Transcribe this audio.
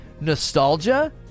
nostalgia